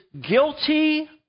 guilty